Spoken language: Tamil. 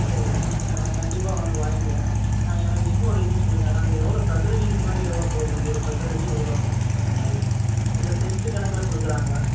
சரிங்க இதை நான் கண்டிப்பாக வந்து வாங்கிக்கிறேன் எனக்கு இன்னும் ஒரு இது சொல்லுங்கள் அந்த எவ்வளோ சதுரடி மாதிரி எவ்வளோ போது ஒரு சதுரடி எவ்வளோ அந்த மாதிரி இல்லை சென்ட்டு கணக்கில் கொடுக்கறாங்களா